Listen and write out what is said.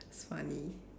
it's funny